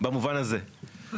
במובן הזה.